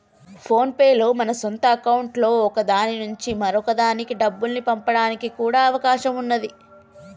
phone pay లో మన సొంత అకౌంట్లలో ఒక దాని నుంచి మరొక దానికి డబ్బుల్ని పంపడానికి కూడా అవకాశం ఉన్నాది